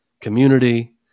community